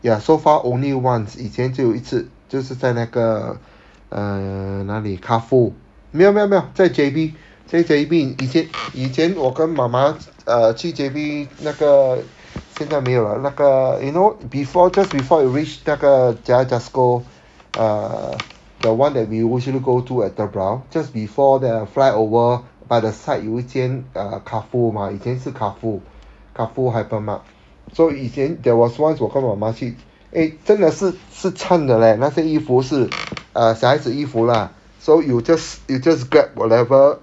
ya so far only once 以前只有一次就是在那个 uh 哪里 carrefour 没有没有没有在 J_B 在 J_B 以前以前我跟妈妈 uh 去 J_B 那个现在没有了那个 you know before just before you reach 那个 giant tesco uh the one that we will usually go through at the brow just before the fly over by the side 有一件 err carrefour mah 以前是 carrefour carrefour hypermart so 以前 there was once 我跟妈妈去 eh 真的是是 chan 的 leh 那些衣服是 uh 小孩子衣服 lah so you just you just grab whatever